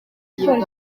iyo